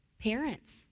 Parents